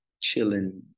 chilling